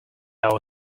our